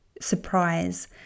surprise